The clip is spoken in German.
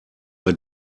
bei